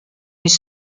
les